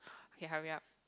okay hurry up